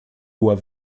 lois